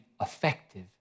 effective